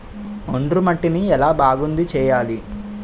ఒండ్రు మట్టిని ఎలా బాగుంది చేయాలి?